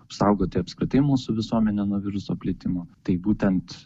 apsaugoti apskritai mūsų visuomenę nuo viruso plitimo tai būtent